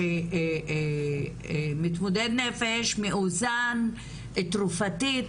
שמתמודד נפש מאוזן תרופתית,